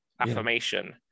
affirmation